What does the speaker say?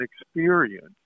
experience